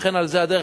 וכן על זה הדרך,